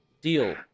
deal